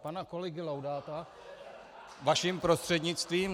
... pana kolegy Laudáta vaším prostřednictvím...